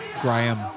Graham